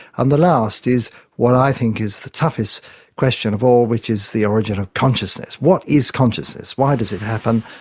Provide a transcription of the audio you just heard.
and the last is what i think is the toughest question of all, which is the origin of consciousness. what is consciousness, why does it happen,